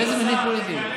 איזה מניעים פוליטיים?